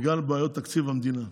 בגלל בעיות תקציב המדינה.